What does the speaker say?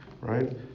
right